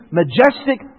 majestic